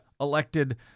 elected